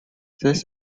this